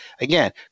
again